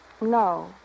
No